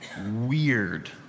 weird